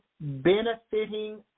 benefiting